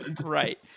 right